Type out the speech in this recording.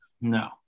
No